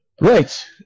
Right